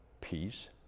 peace